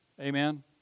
Amen